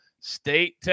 state